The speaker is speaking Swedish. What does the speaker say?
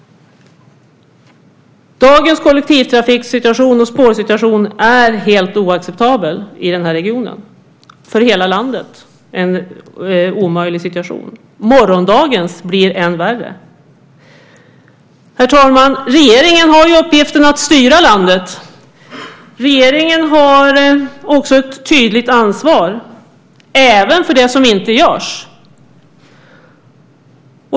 Dagens kollektivtrafiksituation och spårsituation är helt oacceptabel i den här regionen, en omöjlig situation för hela landet. Morgondagens blir än värre. Herr talman! Regeringen har uppgiften att styra landet. Regeringen har också ett tydligt ansvar även för det som inte görs.